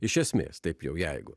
iš esmės taip jau jeigu